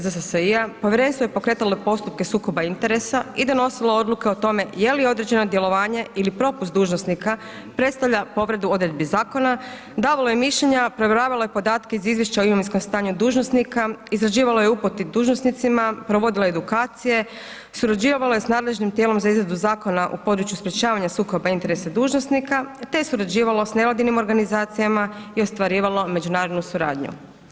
ZSSI-a povjerenstvo je pokretalo postupke sukoba interesa i donosilo odluke o tome je li određeno djelovanje ili propust dužnosnika, predstavlja povredu odredbi zakona, davalo je mišljenja, provjeravalo je podatke iz izvješća o imovinskom stanju dužnosnika, izrađivalo je … [[Govornik se ne razumije]] dužnosnicima, provodila edukacije, surađivala je s nadležnim tijelom za izradu Zakona o području sprječavanja sukoba interesa dužnosnika, te surađivala s … [[Govornik se ne razumije]] organizacijama i ostvarivalo međunarodnu suradnju.